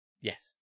Yes